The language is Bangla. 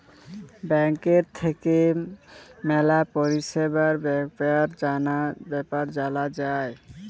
ব্যাংকের থাক্যে ম্যালা পরিষেবার বেপার জালা যায়